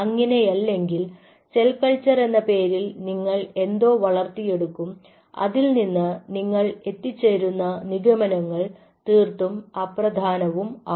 അങ്ങിനെയല്ലെങ്കിൽ cell culture എന്ന പേരിൽ നിങ്ങൾ എന്തോ വളർത്തിയെടുക്കും അതിൽ നിന്ന് നിങ്ങൾ എത്തിച്ചേരുന്ന നിഗമനങ്ങൾ തീർത്തും അപ്രധാനവും ആവും